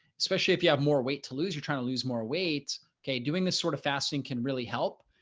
especially if you have more weight to lose, you're trying to lose more weight, okay, doing this sort of fasting can really help.